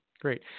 Great